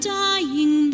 dying